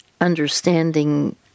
understanding